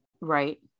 right